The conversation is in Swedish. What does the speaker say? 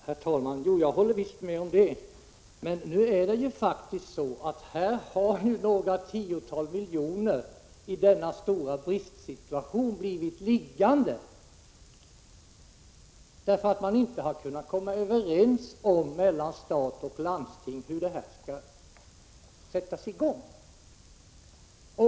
Herr talman! Jag håller visst med om det. Men det är faktiskt så att några tiotal miljoner i denna utpräglade bristsituation har blivit liggande därför att stat och landsting inte har kunnat komma överens om hur arbetet skall sättas i gång.